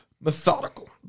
methodical